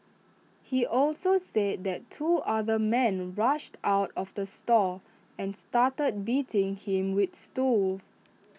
he also said that two other men rushed out of the store and started beating him with stools